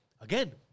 again